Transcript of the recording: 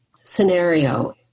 scenario